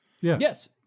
Yes